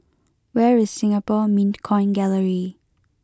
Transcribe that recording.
where is Singapore Mint Coin Gallery